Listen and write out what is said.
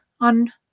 on